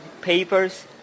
papers